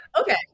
okay